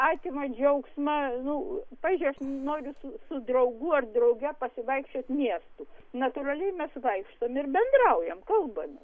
atima džiaugsmą nu pavyzdžiui aš noriu su su draugu ar drauge pasivaikščiot miestu natūraliai mes vaikštom ir bendraujam kalbamės